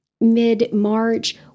mid-March